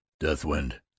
Deathwind